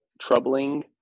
troubling